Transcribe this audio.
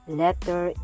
letter